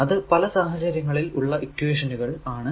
അത് പല സാഹചര്യങ്ങളിൽ ഉള്ള ഇക്വേഷനുകൾ ആണ്